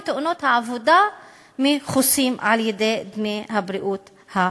מתאונות העבודה מכוסה על-ידי דמי הבריאות האלה.